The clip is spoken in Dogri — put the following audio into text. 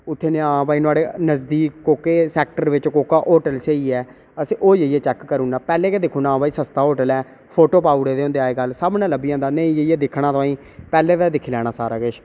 उत्थै ते आं नुआढ़े नजदीक कोह्के सैक्टर बिच कोह्का होटल स्हेई ऐ अस ओह् चैक करूड़ना पैह्लें गै दिखूड़ना सस्ता होटल ऐ फोटो पाऊड़े दे होंदे अज्ज कल सभनें दा पैह्ले इ'यै दिक्खना की पैह्ले गै दिक्खी लैना कि सारा किश